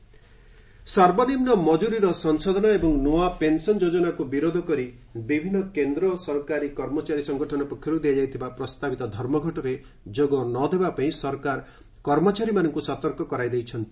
DOPT strike ସର୍ବନିମ୍ମ ମଜୁରୀର ସଂଶୋଧନ ଏବଂ ନୂଆ ପେନ୍ସନ ଯୋଜନାକୁ ବିରୋଧ କରି ବିଭିନ୍ନ କେନ୍ଦ୍ର ସରକାରୀ କର୍ମଚାରୀ ସଂଗଠନ ପକ୍ଷରୁ ଦିଆଯାଇଥିବା ପ୍ରସ୍ତାବିତ ଧର୍ମଘଟରେ ଯୋଗ ନ ଦେବା ପାଇଁ ସରକାର କର୍ମଚାରୀମାନଙ୍କୁ ସତର୍କ କରାଇ ଦେଇଛନ୍ତି